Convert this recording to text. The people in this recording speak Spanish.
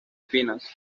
espinas